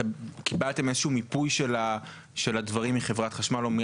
אתם קיבלתם איזשהו מיפוי של הדברים מחברת